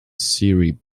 serie